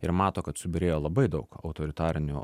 ir mato kad subyrėjo labai daug autoritarinių